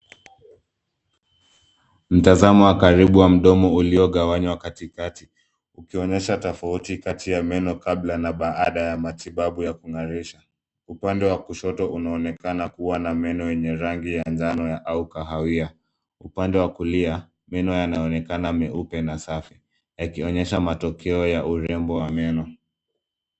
Mtazamo wa karibu wa mdomo uliogawanywa katikati, ukionyesha tofauti kati ya meno kabla na baada ya matibabu ya kung'arisha. Upande wa kushoto unaonekana kuwa na meno yenye rangi ya njano au kahawia. Upande wa kulia, meno yanaonekana meupe na safi, yakionyesha matokeo ya urembo wa meno.